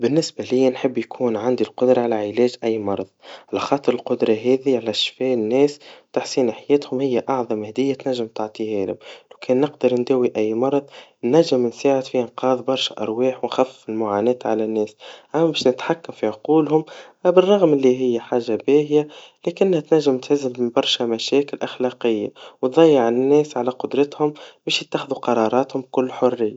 بالنسبا ليا نحب يكون عندي القدرا على علاج أي مرض, على خاطر القدرا هذي على شفاء الناس, وتحسين حياتهم هيا أعظم هديا تنجم تعطيهاله, لو كان نقدر نداوي أي مرض ننجم نساعد في إنقاذ برشا أرواح ونخفف المعاناة على الناس, أما باش نتحكم في عقولهم, على الرغم اللي هيا حاجا باهيا, لكنها تنجم تظهر لهم برشا مشاكل أخلاقيا, وتضيع الناس على قدرتهم باش يتخذوا قراراتهم بكل حريا.